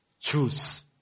Choose